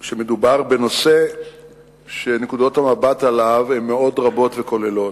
שמדובר בנושא שנקודות המבט עליו הן מאוד רבות וכוללות.